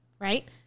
right